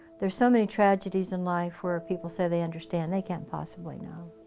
there's so many tragedies in life where people say they understand they can't possibly know